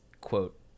quote